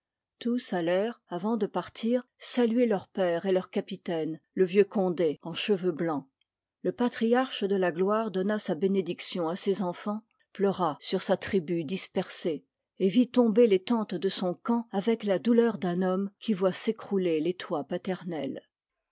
tous allèrent avant de partir saluer leur père et leur capitaine le vieux condé en cheveux blancs le patriarche de la gloire donna sa bénédiction à ses enfans pleura sur sa tribu dispersée et vit tomber les tentes de son camp avec la douleur d'un homme qui voit s'écrouler les toits paternels